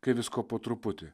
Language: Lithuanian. kai visko po truputį